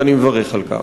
ואני מברך על כך.